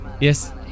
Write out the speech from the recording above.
Yes